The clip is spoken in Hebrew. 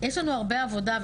יש לנו הרבה עבודה.